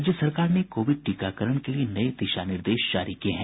राज्य सरकार ने कोविड टीकाकरण के लिये नये दिशा निर्देश जारी किये हैं